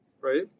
right